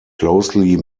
closely